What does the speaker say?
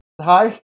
hi